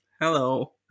hello